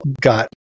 got